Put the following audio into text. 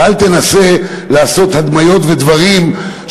ואל תנסה לעשות הדמיות ודברים,